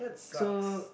so